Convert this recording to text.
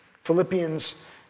Philippians